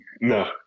No